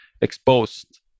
exposed